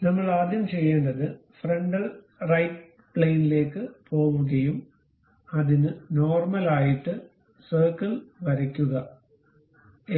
അതിനാൽ നമ്മൾ ആദ്യം ചെയ്യേണ്ടത് ഫ്രണ്ടൽ റൈറ്റ് പ്ലെയിനിലേക്കു പോവുകയും അതിനു നോർമൽ ആയിട്ട് സർക്കിൾ വരക്കുക